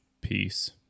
Peace